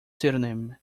pseudonym